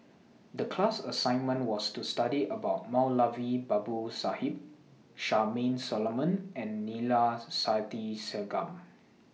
The class assignment was to study about Moulavi Babu Sahib Charmaine Solomon and Neila Sathyalingam